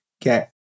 get